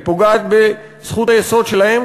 היא פוגעת בזכות היסוד שלהם,